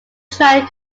triad